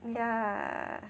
yeah